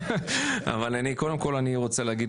קודם כל, רוצה להגיד